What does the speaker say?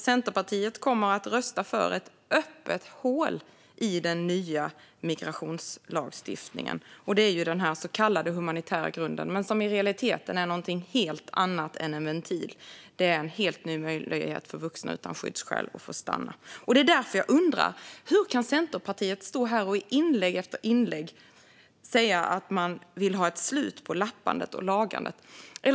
Centerpartiet kommer att rösta för ett öppet hål i den nya migrationslagstiftningen, nämligen den så kallade humanitära grunden, som i realiteten är något helt annat än en ventil. Det är en helt ny möjlighet för vuxna utan skyddsskäl att få stanna. Jag undrar därför: Hur kan Centerpartiet stå här och i inlägg efter inlägg säga att man vill ha ett slut på lappandet och lagandet?